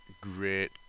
great